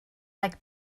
like